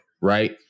Right